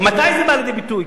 מתי זה בא לידי ביטוי?